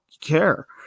care